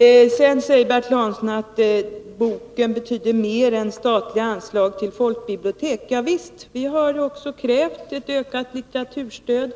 Bertil Hansson säger också att boken betyder mer än statliga anslag till folkbiblioteken. Ja visst, vi har också krävt bl.a. en ökning av litteraturstödet,